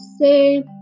say